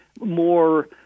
more